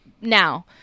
Now